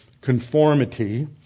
conformity